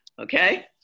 Okay